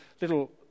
little